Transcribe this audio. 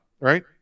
right